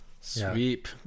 Sweep